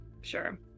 Sure